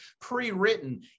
pre-written